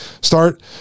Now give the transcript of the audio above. Start